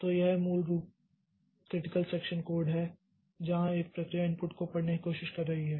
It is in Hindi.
तो यह मूल रूप क्रिटिकल सेक्षन कोड है जहां एक प्रक्रिया इनपुट को पढ़ने की कोशिश कर रही है